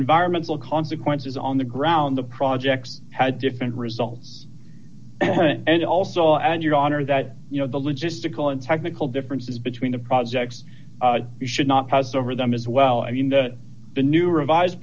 environmental consequences on the ground the projects had different results and also and your honor that you know the logistical and technical differences between the projects you should not post over them as well i mean the new revise